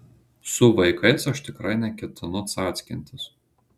su vaikais aš tikrai neketinu cackintis